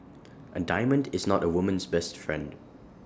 A diamond is not A woman's best friend